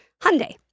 Hyundai